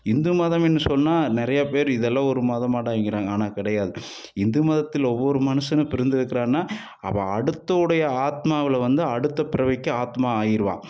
இந்து மதம்னு சொன்னா நிறையா பேர் இதெல்லாம் ஒரு மதமாடான்கிறாங்க ஆனால் கிடையாது இந்து மதத்தில் ஒவ்வொரு மனுஷனும் பிறந்திருக்கானா அவன் அடுத்துடைய ஆத்மாவில் வந்து அடுத்த பிறவிக்கு ஆத்மா ஆகிடுவான்